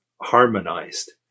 harmonized